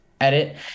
edit